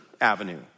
avenue